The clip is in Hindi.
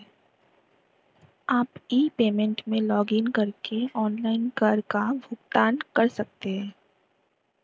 आप ई पेमेंट में लॉगइन करके ऑनलाइन कर का भुगतान कर सकते हैं